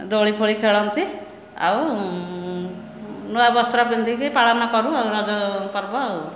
ଦୋଳି ଫୋଳି ଖେଳନ୍ତି ଆଉ ନୂଆ ବସ୍ତ୍ର ପିନ୍ଧିକି ପାଳନକରୁ ଆଉ ରଜ ପର୍ବ ଆଉ